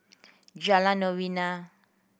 Jalan Novena